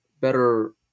better